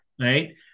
right